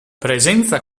presenza